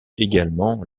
également